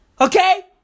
Okay